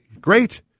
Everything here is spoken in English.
great